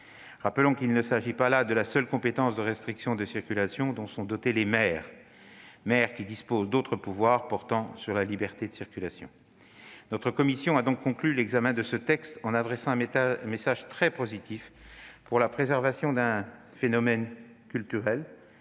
Rappelons qu'il ne s'agit pas là de la seule compétence de restriction de circulation dont sont dotés les maires, qui disposent d'autres pouvoirs portant sur la liberté de circulation. Notre commission a donc conclu l'examen de ce texte en adressant un message très positif pour la préservation d'un phénomène culturel,